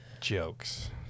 jokes